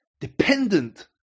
dependent